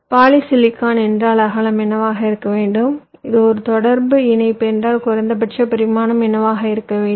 இது பாலிசிலிகான் என்றால் அகலம் என்னவாக இருக்க வேண்டும் இது ஒரு தொடர்பு இணைப்பு என்றால் குறைந்தபட்ச பரிமாணம் என்னவாக இருக்க வேண்டும்